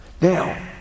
Now